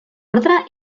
ordre